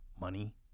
money